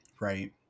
Right